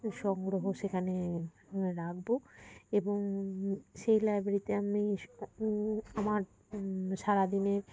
সংগ্রহ সেখানে রাখবো এবং সেই লাইব্রেরিতে আমি আমার সারাদিনের